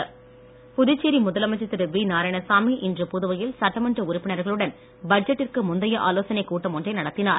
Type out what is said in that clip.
ஆலோசனை புதுச்சேரி முதலமைச்சர் திரு வி நாராயணசாமி இன்று புதுவையில் சட்டமன்ற உறுப்பினர்களுடன் பட்ஜெட்டிற்கு முந்தைய ஆலோசனை கூட்டம் ஒன்றை நடத்தினார்